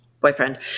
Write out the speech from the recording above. boyfriend